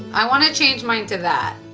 i want to change mine to that.